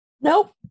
nope